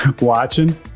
Watching